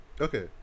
okay